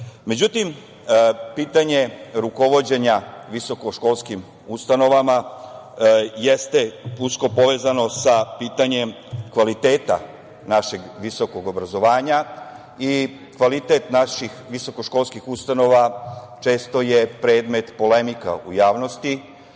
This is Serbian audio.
pitanje rukovođenja visokoškolskim ustanovama jeste usko povezano sa pitanjem kvaliteta našeg visokog obrazovanja i kvalitet naših visokoškolskih ustanova često je predmet polemika u javnosti. Polemike,